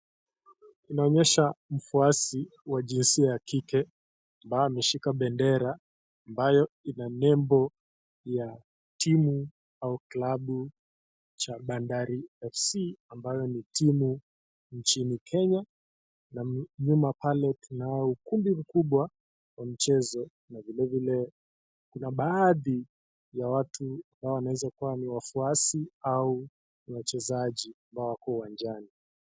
Inaonyesha mfuasi wa jinsia ya kike ambayo wameshika bendera ambayo ina nembo ya timu au klabu cha bandari FC ambayo ni timu nchini kenya na nyuma pale tunao kundi mkubwa wa mchezo na vilevile kuna baadhi ya watu ambao wanaweza kuwa ni wafuasi au wachezaji ambao wako uwanjani.